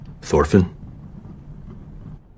Thorfinn